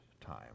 time